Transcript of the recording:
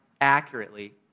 accurately